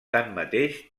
tanmateix